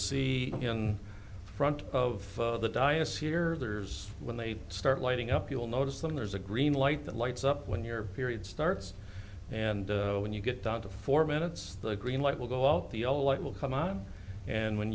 see in front of the dyess here there's when they start lighting up you'll notice them there's a green light that lights up when your period starts and when you get down to four minutes the green light will go out the yellow light will come out and when